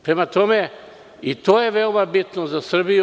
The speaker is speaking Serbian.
Prema tome, i to je veoma bitno za Srbiju.